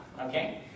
okay